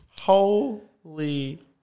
Holy